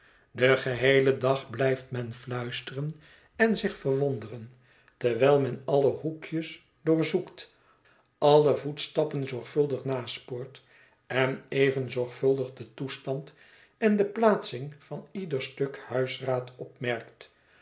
den geheelen dag blijft men fluisteren en zich verwonderen terwijl men alle hoekjes doorzoekt alle voetstappen zorgvuldig naspoort en even zorgvuldig den toestand en de plaatsing van ieder stuk huisraad opmerkt